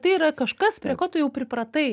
tai yra kažkas prie ko tu jau pripratai